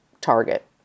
target